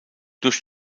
durch